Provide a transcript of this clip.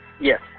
Yes